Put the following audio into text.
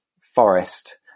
forest